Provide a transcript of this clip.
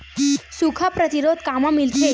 सुखा प्रतिरोध कामा मिलथे?